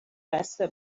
بسته